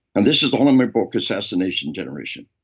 and this is all in my book, assassination generation.